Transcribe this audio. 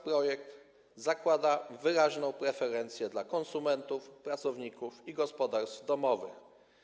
Projekt zakłada też wyraźną preferencję dla konsumentów, pracowników i gospodarstw domowych.